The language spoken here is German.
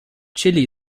chili